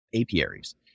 apiaries